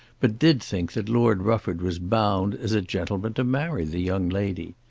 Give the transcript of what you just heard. but did think that lord rufford was bound as a gentleman to marry the young lady.